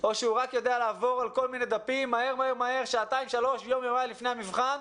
או שהוא רק יודע לעבור על כל מיני דפים מהר לפני המבחן,